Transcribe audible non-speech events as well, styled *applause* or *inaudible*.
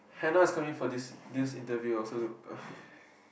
Hannah is coming for this this interview also look *breath*